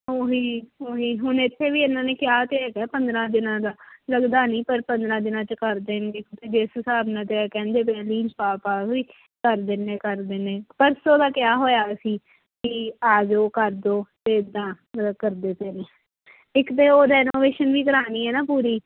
ਉਹ ਹੀ ਉਹ ਹੀ ਹੁਣ ਇੱਥੇ ਵੀ ਇਹਨਾਂ ਨੇ ਕਿਹਾ ਤਾਂ ਹੈਗਾ ਪੰਦਰਾਂ ਦਿਨਾਂ ਦਾ ਲੱਗਦਾ ਨਹੀਂ ਪਰ ਪੰਦਰਾਂ ਦਿਨਾਂ 'ਚ ਕਰ ਦੇਣਗੇ ਜਿਸ ਹਿਸਾਬ ਨਾਲ ਤਾਂ ਇਹ ਕਹਿੰਦੇ ਪਏ ਪਾ ਪਾ ਵੀ ਕਰ ਦਿੰਦੇ ਹਾਂ ਕਰ ਦਿੰਦੇ ਪਰਸੋਂ ਦਾ ਕਿਹਾ ਹੋਇਆ ਅਸੀਂ ਕਿ ਆ ਜਾਓ ਕਰ ਦਿਓ ਇੱਦਾਂ ਕਰਦੇ ਪਏ ਨੇ ਇੱਕ ਤਾਂ ਉਹ ਰੈਨੋਵੇਸ਼ਨ ਵੀ ਕਰਵਾਉਣੀ ਆ ਨਾ ਪੂਰੀ